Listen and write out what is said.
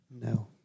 No